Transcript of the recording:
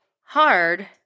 hard